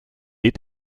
est